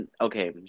okay